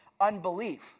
unbelief